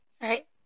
right